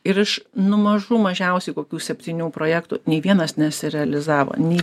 ir iš nu mažų mažiausiai kokių septynių projektų nei vienas nesirealizavo nei